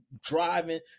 driving